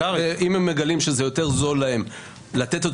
אם הם מגלים שזה יותר זול להם לתת את